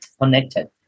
connected